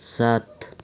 सात